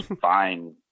fine